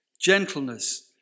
gentleness